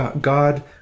God